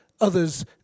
others